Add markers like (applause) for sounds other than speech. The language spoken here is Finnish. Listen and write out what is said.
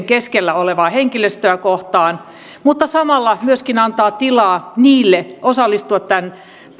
(unintelligible) keskellä olevaa henkilöstöä kohtaan mutta samalla myöskin antaa tilaa osallistua tämän